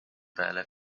peale